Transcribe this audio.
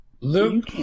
Luke